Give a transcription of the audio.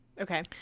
okay